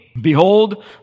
Behold